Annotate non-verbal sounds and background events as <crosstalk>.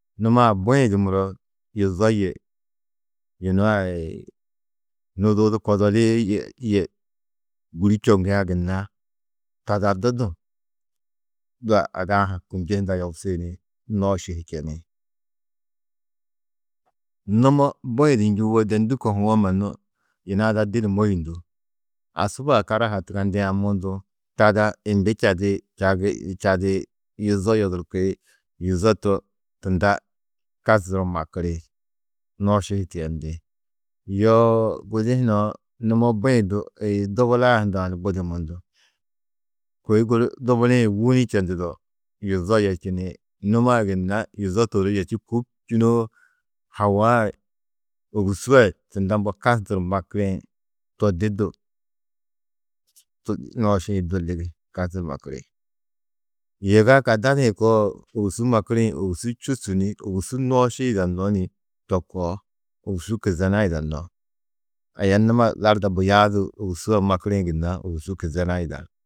Numa a bui-ĩ du muro yuzo yê yunu ai nuduudu kodolii yê yê gûri čoŋgiã gunna ta da du, du ada-ã ha kûmnje hundã yobusi ni nooši hi čeni. Numo bui-ĩ du njûwo de ndû kohũwo mannu yina didi môyundú. Asuba karahaa tungandiã mundu, tada mbi čadi čagi čadi yuzo yodurki. Yuzo to tunda <unintelligible> makiri, nooši hi tiyendi. Yoo gudi hunã numo bui-ĩ du <hesitation> dubulaa hundã ni budi mundu. Kôi guru dubuli-ĩ wûni čendudo yuzo yerčini. Numo a gunna yuzo to ôro yerči kûbčunoo, hawa ai, ôwusu ai tunda mbo kasnduru makirĩ to di du nooši-ĩ du ligi kasturu makiri. Yiga kadadi-ĩ koo ôwusu makirĩ ôwusu čûsu ni ôwusu nooši yidannó ni to koo ôwusu kizena yidannó. Aya numa larda buya-ã du ôwusu a makirĩ gunna ôwusu kizena yida.